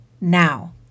now